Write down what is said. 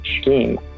scheme